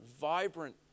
vibrant